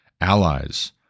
allies